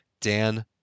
Dan